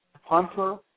hunter